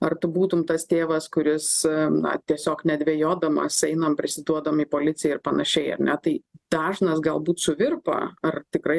ar tu būtum tas tėvas kuris na tiesiog nedvejodamas einam prisiduodam į policiją ir panašiai ar ne tai dažnas galbūt suvirpa ar tikrai